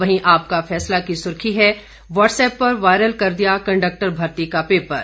वहीं आपका फैसला की सुर्खी है व्हाट्सएप पर वायरल कर दिया कंडक्टर भर्ती का पेपर